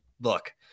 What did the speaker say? look –